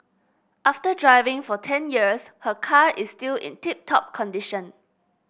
after driving for ten years her car is still in tip top condition